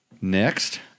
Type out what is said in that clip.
next